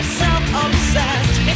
self-obsessed